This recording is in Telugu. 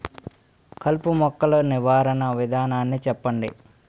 కలుపు మొక్కలు నివారణ విధానాన్ని చెప్పండి?